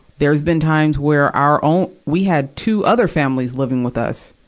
there's been times where our own we had two other families living with us,